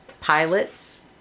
pilots